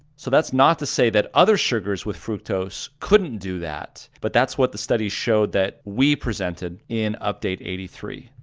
so that's not to say that other sugars with fructose couldn't do that, but that's what the studies showed that we presented in update eighty three.